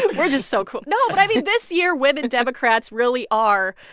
and we're just so cool. no, but, i mean, this year, women democrats really are,